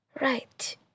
Right